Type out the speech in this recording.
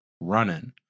running